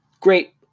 great